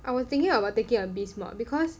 I was thinking about taking a biz mod because